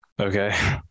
Okay